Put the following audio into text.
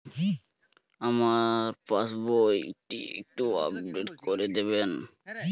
আমার পাসবই টি একটু আপডেট করে দেবেন?